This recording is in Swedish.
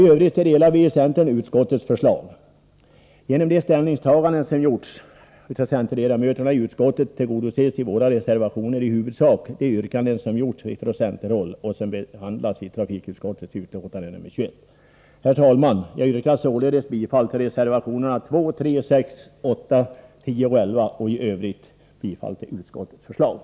I övrigt delar vi i centern utskottets uppfattning. Genom de ställningstaganden som gjorts av centerledamöterna i utskottet blir de yrkanden som gjorts från centerhåll och som behandlas i trafikutskottets betänkande 21 i huvudsak tillgodosedda genom våra reservationer. Herr talman! Jag yrkar således bifall till reservationerna 2, 3, 6, 8, 10 och 11 och i övrigt bifall till utskottets hemställan.